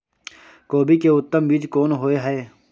कोबी के उत्तम बीज कोन होय है?